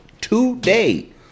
Today